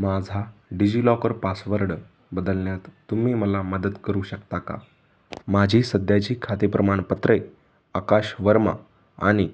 माझा DigiLocker password बदलण्यात तुम्ही मला मदत करू शकता का माझी सध्याची खाते प्रमाणपत्रे आकाश वर्मा आणि